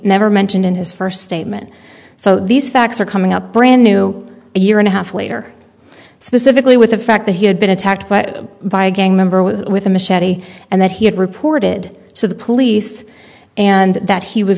never mentioned in his first statement so these facts are coming up brand new a year and a half later specifically with the fact that he had been attacked but by a gang member with with a machete and that he had reported to the police and that he was